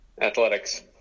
Athletics